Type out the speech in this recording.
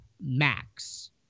max